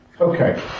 okay